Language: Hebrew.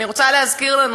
ואני רוצה להזכיר לנו